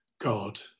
God